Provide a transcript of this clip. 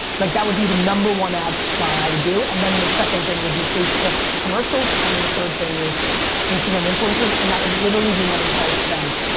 like that would be the number one ad buy i would do and then the second thing would be facebook commercials and then the third thing is instagram influencers and that would literally be my entire spend.